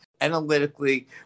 analytically